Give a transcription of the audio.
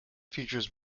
features